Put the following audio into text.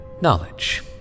knowledge